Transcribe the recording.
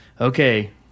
Okay